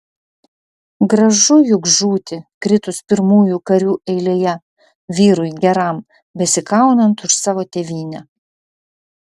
gražu juk žūti kritus pirmųjų karių eilėje vyrui geram besikaunant už savo tėvynę